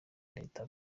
reta